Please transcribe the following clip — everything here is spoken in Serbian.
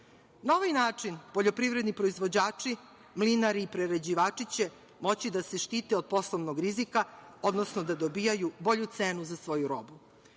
Na ovaj način poljoprivredni proizvođači, mlinari i prerađivači će moći da se štite od poslovnog rizika, odnosno da dobijaju bolju cenu za svoju robu.